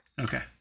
Okay